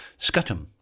Scutum